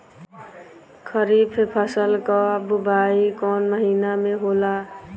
खरीफ फसल क बुवाई कौन महीना में होला?